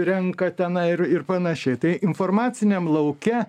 renka tenai ir ir panašiai tai informaciniam lauke